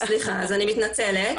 אני מתנצלת,